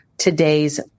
today's